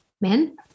men